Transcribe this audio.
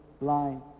line